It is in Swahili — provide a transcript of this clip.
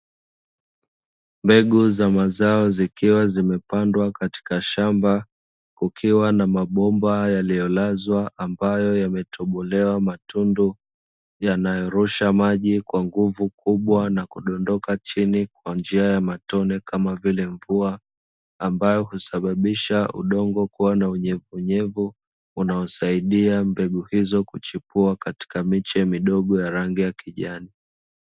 Mbegu za mazao ikiwa zimepandwa katika shamba kukiwa na mabomba yaliyolazwa ambayo yametobolewa matundu yanayorusha maji kwa nguvu kubwa na kudondoka chini kwa njia ya matone kama vile mvua, ambayo husababisha udongo kuwa na unyevuunyevu unaosaidia mbegu hizo kuchipua katika miche midogo ya rangi ya kijani.